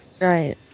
Right